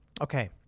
Okay